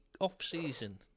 off-season